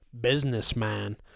Businessman